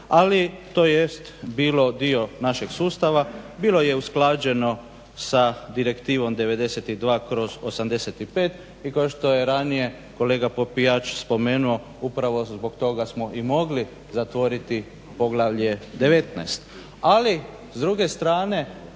ali to jest bilo dio našeg sustava, bilo je usklađeno sa Direktivom 92/85 i kao što je ranije kolega Popijač spomenuo upravo zbog toga smo i mogli zatvoriti poglavlje 19. Ali s druge strane,